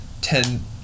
ten